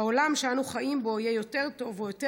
והעולם שאנו חיים בו יהיה יותר טוב או יותר